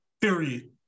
period